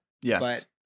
Yes